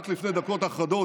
רק לפני דקות אחדות,